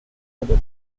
medal